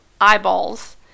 eyeballs